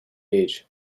age